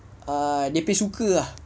err dia punya suka ah